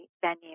venue